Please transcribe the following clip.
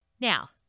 Now